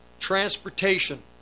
Transportation